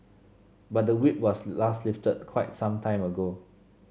but the Whip was last lifted quite some time ago